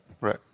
Right